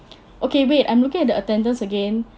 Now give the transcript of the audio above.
okay wait I'm looking at the attendance again